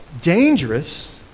dangerous